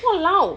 !walao!